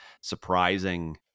surprising